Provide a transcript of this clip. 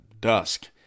dusk